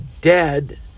dead